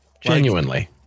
genuinely